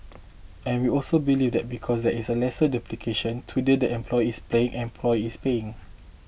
and we also believe that because there is a lesser duplication today the employer is paying employee is paying